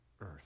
earth